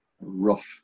rough